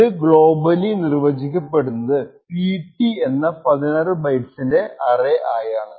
ഇത് ഗ്ലോബലി നിർവചിക്കപ്പെടുന്നത് pt എന്ന 16 ബൈറ്റ്സിന്റെ അറേ ആയാണ്